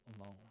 alone